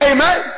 Amen